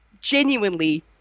genuinely